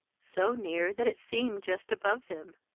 so near that it seemed just above him.